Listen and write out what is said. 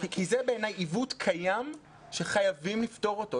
זה בעיניי עיוות קיים שחייבים לפתור אותו.